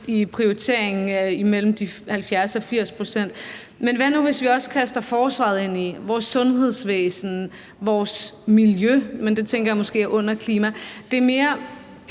i prioriteringen på mellem 70 og 80 pct. Men hvad nu, hvis vi også kaster forsvaret, vores sundhedsvæsen og vores miljø ind i det – men det tænker jeg måske er under klima? Det er mere